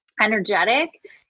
energetic